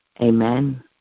Amen